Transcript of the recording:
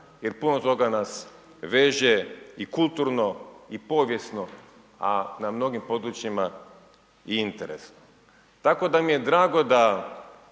jer puno toga nas veže i kulturno i povijesno a na mnogim područjima i interesno. Tako da mi je drago da